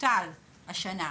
שבוטל השנה.